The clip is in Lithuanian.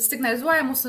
signalizuoja mūsų